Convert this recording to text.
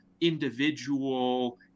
individual